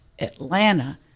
Atlanta